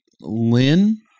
Lynn